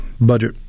budget